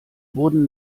wurden